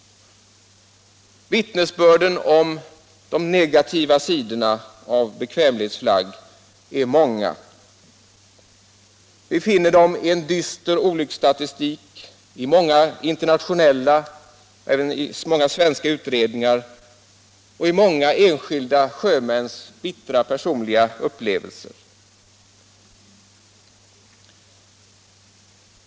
Vittnesbörden om de negativa sidorna av bekvämlighetsflagg är många. Vi finner den i en dyster olycksstatistik, i många internationella och även svenska utredningar och i många enskilda sjömäns bittra personliga upplevelser.